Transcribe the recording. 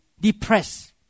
depressed